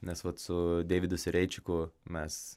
nes vat su deividu sereičiku mes